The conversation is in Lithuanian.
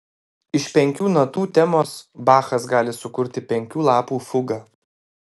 iš penkių natų temos bachas gali sukurti penkių lapų fugą